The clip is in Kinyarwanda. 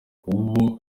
kuba